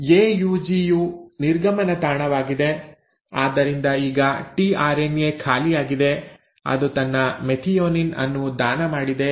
AUG ಯು ನಿರ್ಗಮನ ತಾಣವಾಗಿದೆ ಆದ್ದರಿಂದ ಈಗ ಟಿಆರ್ಎನ್ಎ ಖಾಲಿಯಾಗಿದೆ ಅದು ತನ್ನ ಮೆಥಿಯೋನಿನ್ ಅನ್ನು ದಾನ ಮಾಡಿದೆ